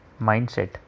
mindset